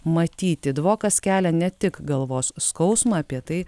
matyti dvokas kelia ne tik galvos skausmą apie tai